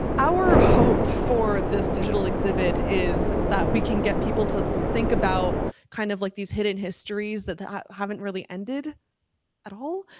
our hope for this digital exhibit is that we can get people to think about kind of like these hidden histories that that haven't really ended at all,